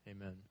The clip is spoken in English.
Amen